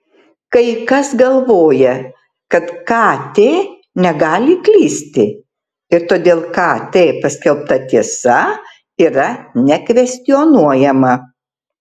kai kas galvoja kad kt negali klysti ir todėl kt paskelbta tiesa yra nekvestionuojama